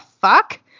fuck